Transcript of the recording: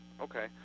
okay